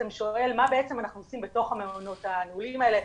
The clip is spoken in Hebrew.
ושואל מה בעצם אנחנו עושים בתוך המעונות הנעולים האלה.